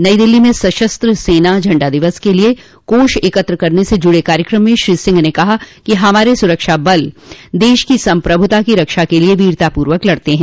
नई दिल्ली में सशस्त्र सेना झंडा दिवस के लिए कोष एकत्र करने से जुड़े कार्यक्रम में श्री सिंह ने कहा कि हमारे सुरक्षा बल देश की संप्रभुता की रक्षा के लिए वीरतापूर्वक लड़ते हैं